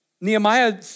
Nehemiah